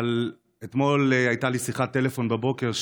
אבל אתמול הייתה לי שיחת טלפון בבוקר,